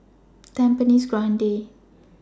Tampines Grande